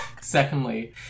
secondly